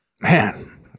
Man